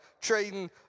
trading